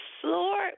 floor